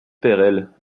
perelle